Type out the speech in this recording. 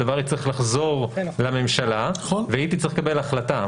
הדבר יצטרך לחזור לממשלה והיא תצטרך לקבל החלטה.